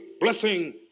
blessing